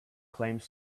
claims